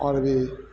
اور بھی